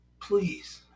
please